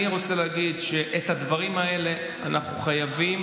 אני רוצה להגיד שאת הדברים האלה אנחנו חייבים